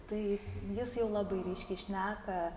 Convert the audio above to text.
tai jis jau labai ryškiai šneka